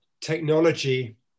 technology